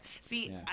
See